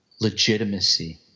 legitimacy